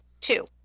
Two